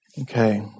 Okay